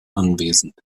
anwesend